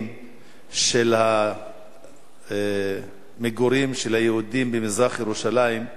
של המגורים של היהודים במזרח-ירושלים,